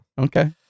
okay